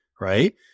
right